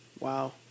Wow